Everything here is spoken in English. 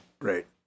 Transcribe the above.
Right